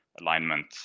alignment